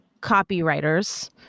copywriters